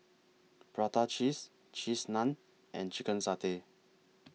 Prata Cheese Cheese Naan and Chicken Satay